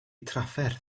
trafferth